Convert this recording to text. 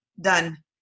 done